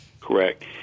Correct